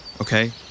okay